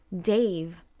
Dave